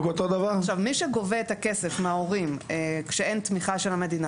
מי שגובה את הכסף מההורים כשאין תמיכה של המדינה,